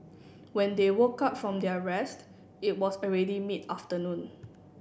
when they woke up from their rest it was already mid afternoon